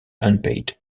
unpaid